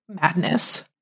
madness